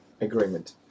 agreement